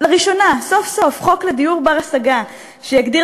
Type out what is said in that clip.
לראשונה סוף-סוף חוק לדיור בר-השגה שיגדיר